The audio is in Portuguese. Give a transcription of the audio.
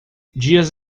dias